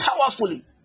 powerfully